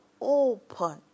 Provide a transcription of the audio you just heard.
open